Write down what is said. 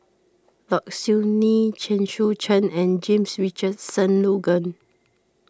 Low Siew Nghee Chen Sucheng and James Richardson Logan